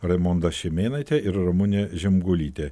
raimonda šimėnaitė ir ramunė žemgulytė